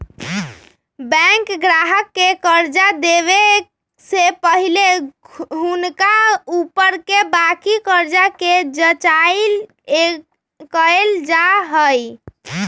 bank गाहक के कर्जा देबऐ से पहिले हुनका ऊपरके बाकी कर्जा के जचाइं कएल जाइ छइ